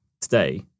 today